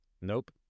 Nope